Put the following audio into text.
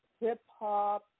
hip-hop